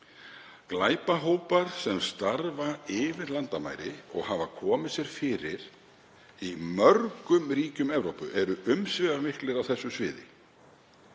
Glæpahópar sem starfa yfir landamæri og hafa komið sér fyrir í mörgum ríkjum Evrópu eru umsvifamiklir á þessu sviði.